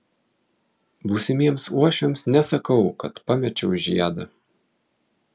būsimiems uošviams nesakau kad pamečiau žiedą